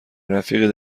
رفیق